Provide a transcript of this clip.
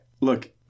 look